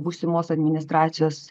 būsimos administracijos